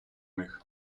них